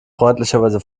freundlicherweise